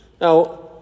Now